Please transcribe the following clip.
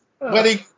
wedding